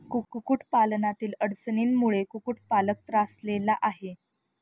कुक्कुटपालनातील अडचणींमुळे कुक्कुटपालक त्रासलेला आहे